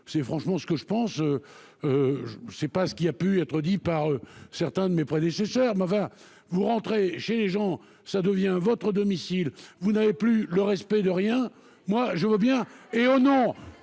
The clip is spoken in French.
c'est franchement ce que je pense. Je sais pas ce qui a pu être dit par certains de mes prédécesseurs Maeva vous rentrez chez les gens, ça devient votre domicile, vous n'avez plus le respect de rien. Moi je veux bien. Hé oh non